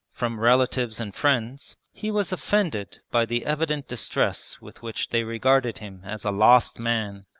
from relatives and friends, he was offended by the evident distress with which they regarded him as a lost man,